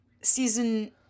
season